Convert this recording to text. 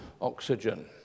oxygen